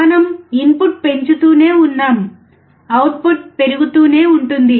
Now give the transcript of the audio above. మనము ఇన్పుట్ పెంచుతూనే ఉన్నాము అవుట్పుట్ను పెరుగుతూనే ఉంటుంది